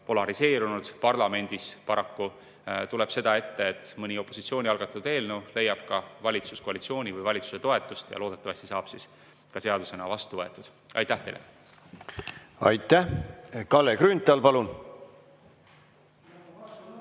polariseerunud parlamendis tuleb seda ette, et mõni opositsiooni algatatud eelnõu leiab ka valitsuskoalitsiooni või valitsuse toetuse. Loodetavasti saab see ka seadusena vastu võetud. Aitäh teile! Aitäh! Kalle Grünthal, palun!